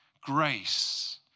grace